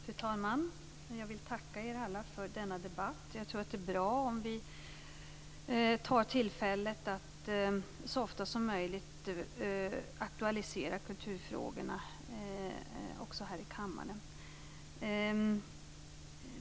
Fru talman! Jag vill tacka er alla för denna debatt. Jag tror att det är bra om vi tar tillfället i akt att så ofta som möjligt aktualisera kulturfrågorna också här i kammaren.